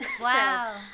wow